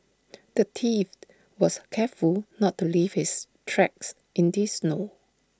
the thief was careful not to leave his tracks in the snow